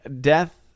death